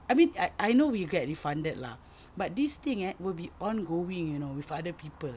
I mean I I know you get refunded lah but this thing eh will be ongoing you know with other people